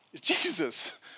Jesus